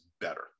better